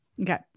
okay